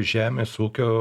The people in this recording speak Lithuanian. žemės ūkio